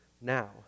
now